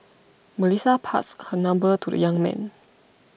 Melissa passed her number to the young man